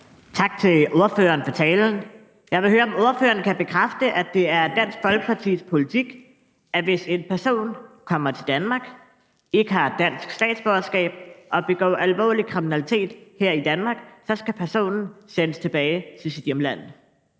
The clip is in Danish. Tak til ordføreren for talen. Jeg vil høre, om ordføreren kan bekræfte, at det er Dansk Folkepartis politik, at hvis en person kommer til Danmark, ikke har et dansk statsborgerskab og begår voldelig kriminalitet her i Danmark, så skal personen sendes tilbage til sit hjemland.